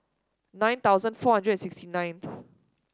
nine thousand four hundred and sixty ninth